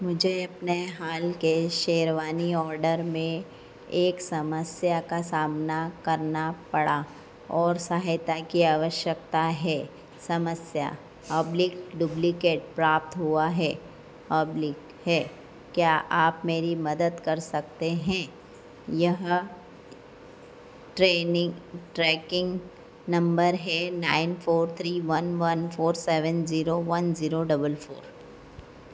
मुझे अपने हाल के शेरवानी ऑर्डर में एक समस्या का सामना करना पड़ा और सहायता की आवश्यकता है समस्या ऑब्लिग डुप्लिकेट प्राप्त हुआ है ऑब्लिग है क्या आप मेरी मदद कर सकते हैं यह ट्रैनिन्ग ट्रैकिन्ग नम्बर है nine three four one one four seven zero one zero four four